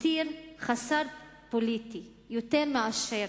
הותיר חסר פוליטי יותר מאשר